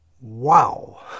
Wow